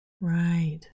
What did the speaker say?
right